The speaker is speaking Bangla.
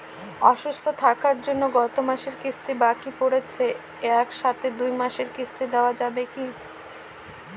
অসুস্থ থাকার জন্য গত মাসের কিস্তি বাকি পরেছে এক সাথে দুই মাসের কিস্তি দেওয়া যাবে কি?